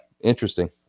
interesting